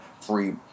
free